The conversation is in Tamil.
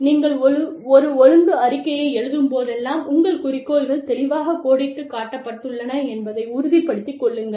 நீங்கள் ஒரு ஒழுங்கு அறிக்கையை எழுதும்போதெல்லாம் உங்கள் குறிக்கோள்கள் தெளிவாகக் கோடிட்டுக் காட்டப்பட்டுள்ளன என்பதை உறுதிப்படுத்திக் கொள்ளுங்கள்